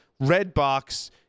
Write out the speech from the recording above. Redbox